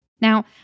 Now